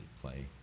play